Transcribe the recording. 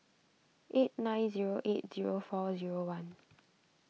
eight nine zero eight zero four zero one